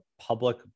public